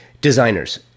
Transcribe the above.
Designers